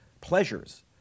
pleasures